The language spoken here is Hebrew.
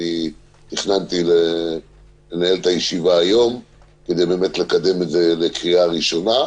תכננתי לנהל את הישיבה היום כדי לקדם את זה לקריאה ראשונה,